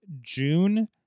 June